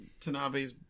Tanabe's